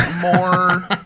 more